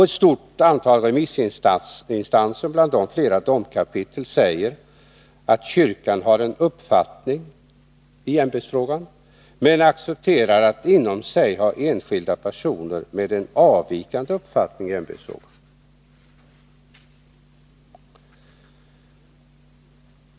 Ett stort antal remissinstanser, bland dem flera domkapitel, säger att Nr 94 kyrkan har en uppfattning, men accepterar att inom sig ha enskilda personer med en avvikande uppfattning i ämbetsfrågan.